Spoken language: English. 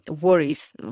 worries